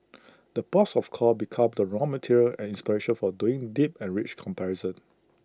the ports of call become the raw material and inspiration for doing deep and rich comparison